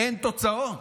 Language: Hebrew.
אין תוצאות.